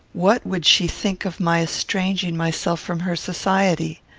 what would she think of my estranging myself from her society?